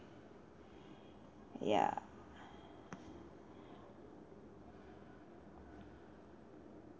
ya